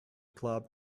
club